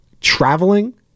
traveling